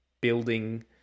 building